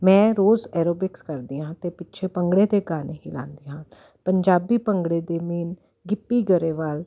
ਮੈਂ ਰੋਜ਼ ਐਰੋਬਿਕਸ ਕਰਦੀ ਹਾਂ ਅਤੇ ਪਿੱਛੇ ਭੰਗੜੇ 'ਤੇ ਗਾਣੇ ਹੀ ਲਾਂਦੀ ਹਾਂ ਪੰਜਾਬੀ ਭੰਗੜੇ ਦੇ ਮੇਨ ਗਿੱਪੀ ਗਰੇਵਾਲ